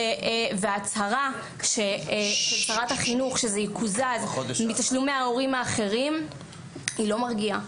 ההצהרה של שרת החינוך שזה יקוזז מתשלומי ההורים האחרים לא מרגיעה,